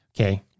Okay